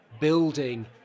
building